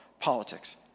politics